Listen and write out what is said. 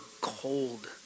cold